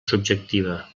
subjectiva